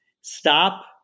stop